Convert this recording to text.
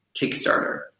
Kickstarter